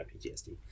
PTSD